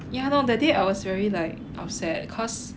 yeah lor that day I was very like upset because